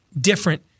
different